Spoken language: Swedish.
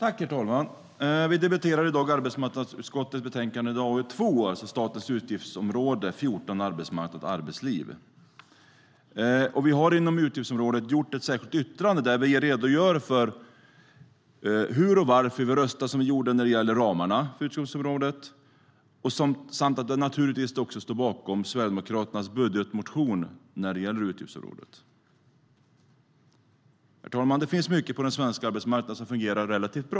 Herr talman! Vi debatterar i dag arbetsmarknadsutskottets betänkande AU2 om statens utgiftsområde 14 Arbetsmarknad och arbetsliv. STYLEREF Kantrubrik \* MERGEFORMAT Arbetsmarknad och arbetslivHerr talman! Det finns mycket på den svenska arbetsmarknaden som fungerar relativt bra.